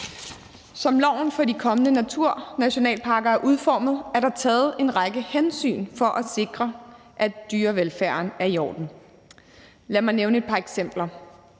Som loven for de kommende naturnationalparker er udformet, er der taget en række hensyn for at sikre, at dyrevelfærden er i orden. Lad mig nævne et par eksempler.